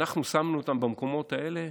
אנחנו שמנו אותם במקומות האלה,